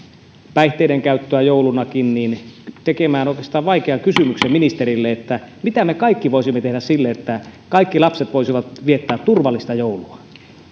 päihteidenkäyttöä joulunakin niin haluaisin oikeastaan tehdä vaikean kysymyksen ministerille mitä me kaikki voisimme tehdä sille että kaikki lapset voisivat viettää turvallista joulua